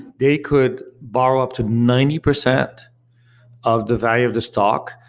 they could borrow up to ninety percent of the value of the stock,